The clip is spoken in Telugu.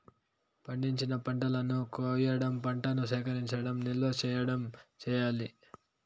పండించిన పంటలను కొయ్యడం, పంటను సేకరించడం, నిల్వ చేయడం చెయ్యాలి